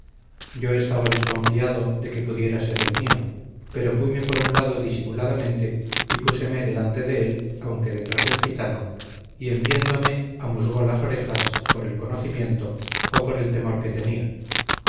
yo estaba desconfiado de que pudiera ser el mío pero fuime por un lado disimuladamente y púseme delante de él aunque detrás del gitano y en viéndome amusgó las orejas por el conocimiento o por el temor que me tenia